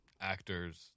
actors